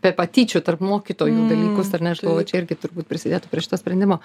be patyčių tarp mokytojų dalykus ar ne aš galvoju čia irgi turbūt prisidėtų prie šito sprendimo